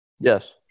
Yes